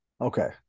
Okay